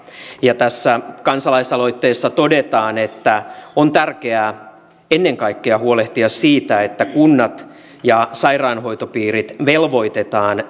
tässä kansalaisaloitteessa todetaan että on tärkeää ennen kaikkea huolehtia siitä että kunnat ja sairaanhoitopiirit velvoitetaan